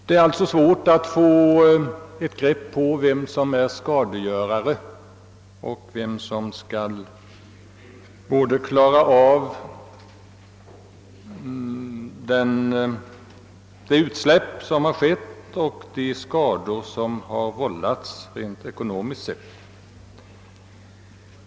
Det är alltså svårt att få grepp om vem som är skadegörare och vem som skall handlägga frågor rörande sådana här utsläpp och de skador som vållats i ekonomiskt hänseende.